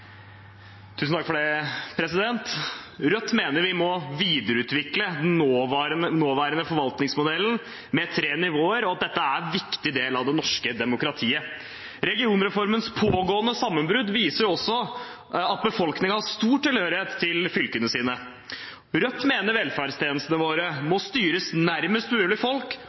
Rødt mener vi må videreutvikle den nåværende forvaltningsmodellen med tre nivåer, og at dette er en viktig del av det norske demokratiet. Regionreformens pågående sammenbrudd viser også at befolkningen har stor tilhørighet til fylkene sine. Rødt mener velferdstjenestene våre må styres nærmest mulig folk,